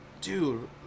dude